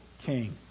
king